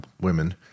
women